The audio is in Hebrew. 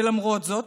ולמרות זאת